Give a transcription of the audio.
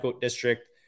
District